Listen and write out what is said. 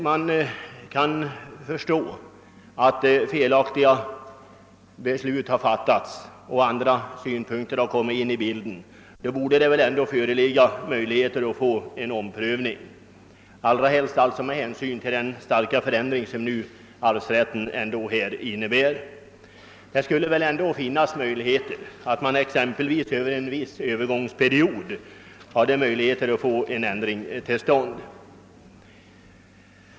När man börjat inse att ett felaktigt beslut har fattats, och då andra synpunkter kommer in i bilden borde det ändock föreligga möjligheter till en omprövning, allra helst med hänsyn till den starka förändring frågan om arvsrätten undergått. Det borde finnas möjligheter till att man exempelvis under en viss övergångsperiod skulle kunna få en ändring till stånd.